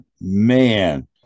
man